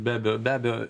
be abejo be abejo